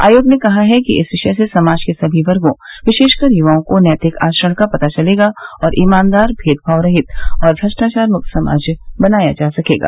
आयोग ने कहा है कि इस विषय से समाज के सभी वर्गो विशेषकर युवाओं को नैतिक आचरण का पता चलेगा और ईमानदार भेदभाव रहित और भ्रष्टाचार मुक्त समाज बनाया जा सकेगा